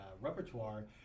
repertoire